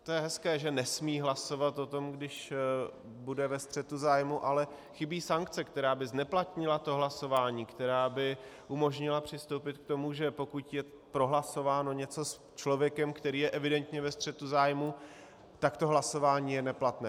To je hezké, že o tom nesmí hlasovat, když bude ve střetu zájmů, ale chybí sankce, která by zneplatnila to hlasování, která by umožnila přistoupit k tomu, že pokud je prohlasováno něco s člověkem, který je evidentně ve střetu zájmů, tak to hlasování je neplatné.